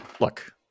look